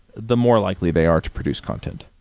the more likely they are to produce content.